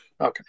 Okay